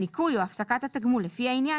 הניכוי או הפסקת התגמול לפי העניין,